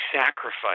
sacrifice